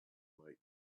might